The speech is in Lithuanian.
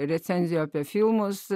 recenziją apie filmus